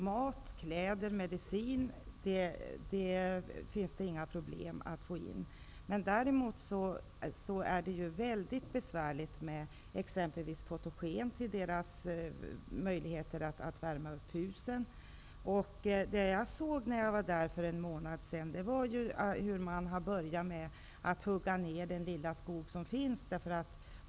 Mat, kläder och medicin är det inga problem att få in. Däremot är det besvärligt med exempelvis fotogen att värma upp husen med. När jag var där för en månad sedan såg jag att man nu har börjat hugga ner den lilla skog som finns.